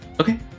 Okay